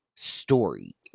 story